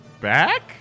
back